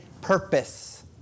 purpose